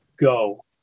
go